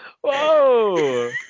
Whoa